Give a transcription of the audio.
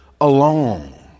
alone